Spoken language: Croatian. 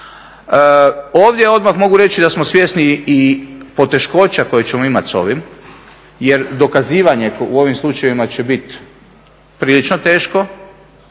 Ovdje odmah mogu reći da smo svjesni i poteškoća koje ćemo imati s ovim jer dokazivanje u ovim slučajevima će biti prilično teško,